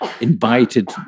invited